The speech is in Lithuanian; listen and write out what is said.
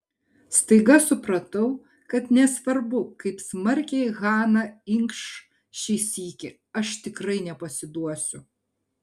staiga supratau kad nesvarbu kaip smarkiai hana inkš šį sykį aš tikrai nepasiduosiu